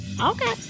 Okay